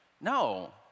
no